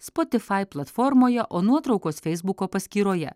spotify platformoje o nuotraukos feisbuko paskyroje